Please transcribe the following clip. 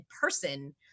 person